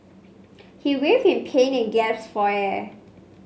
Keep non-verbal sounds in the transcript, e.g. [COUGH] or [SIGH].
[NOISE] he writhed in pain and gasped for air